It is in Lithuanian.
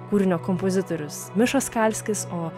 kūrinio kompozitorius miša skalskis o